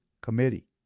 Committee